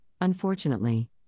unfortunately